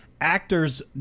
actors